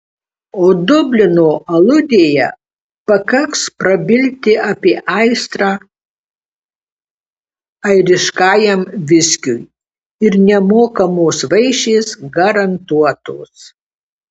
o dublino aludėje pakaks prabilti apie aistrą airiškajam viskiui ir nemokamos vaišės garantuotos